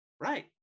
Right